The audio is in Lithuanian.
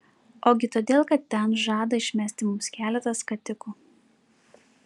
ogi todėl kad ten žada išmesti mums keletą skatikų